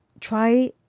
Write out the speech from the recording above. Try